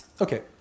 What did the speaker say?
Okay